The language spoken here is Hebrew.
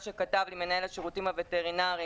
שכתב לי מנהל השירותים הווטרינרים,